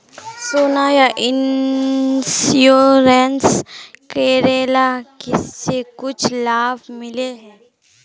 सोना यह इंश्योरेंस करेला से कुछ लाभ मिले है?